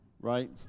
right